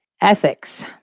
Ethics